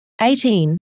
eighteen